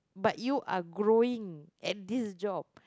but you are growing at this job